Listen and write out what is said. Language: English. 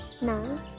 nine